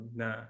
na